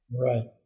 Right